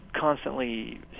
constantly